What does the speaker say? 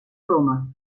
roma